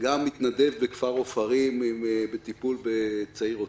גם התנדב בכפר עופרים בטיפול בצעיר אוטיסט.